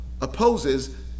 opposes